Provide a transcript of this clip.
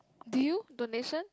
do you donation